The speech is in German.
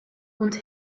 und